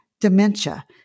dementia